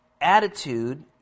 attitude